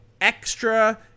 extra